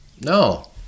No